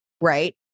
right